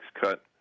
cut